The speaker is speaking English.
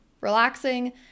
relaxing